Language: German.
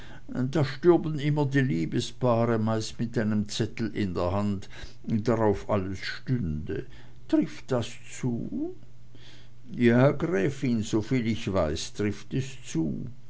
da stürben immer die liebespaare meist mit einem zettel in der hand drauf alles stünde trifft das zu ja gräfin soviel ich weiß trifft es zu